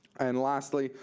and lastly,